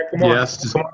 Yes